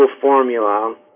formula